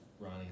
Ronnie